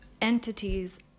entities